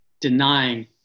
denying